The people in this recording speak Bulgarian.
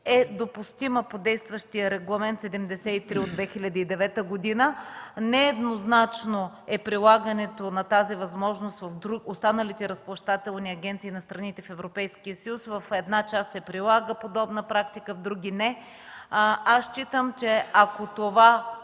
е допустима по действащия Регламент № 73 от 2009 г. Нееднозначно е прилагането на тази възможност в останалите разплащателни агенции на страните в Европейския съюз – в една част се прилага подобна практика, в други – не. Считам, че ако тази